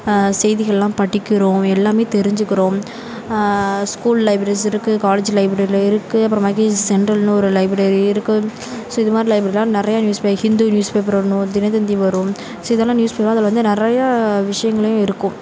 செய்திகளெலாம் படிக்கிறோம் எல்லாமே தெரிஞ்சுக்கிறோம் ஸ்கூல் லைப்ரரிஸ் இருக்குது காலேஜ் லைப்ரரியில் இருக்குது அப்புறமேக்கு சென்ட்ரல்ன்னு ஒரு லைப்ரரி இருக்குது ஸோ இது மாதிரி லைப்ரரியெலாம் நிறையா news paper Hindu news paper வரணும் தினத்தந்தி வரும் ஸோ இதெல்லாம் நியூஸ் அதில் வந்து நிறையா விஷயங்களும் இருக்கும்